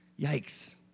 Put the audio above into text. Yikes